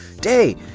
day